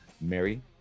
Mary